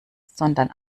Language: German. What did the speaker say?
sondern